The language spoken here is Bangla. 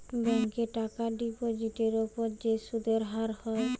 ব্যাংকে টাকার ডিপোজিটের উপর যে সুদের হার হয়